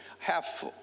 half